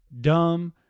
dumb